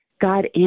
God